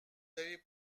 avez